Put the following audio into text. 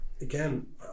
again